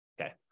okay